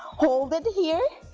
hold it here,